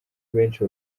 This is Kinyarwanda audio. benshi